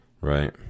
Right